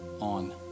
on